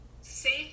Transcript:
safe